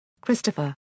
Christopher